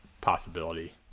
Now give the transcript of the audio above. possibility